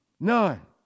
None